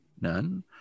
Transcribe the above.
none